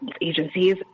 agencies